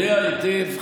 היטב,